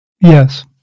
Yes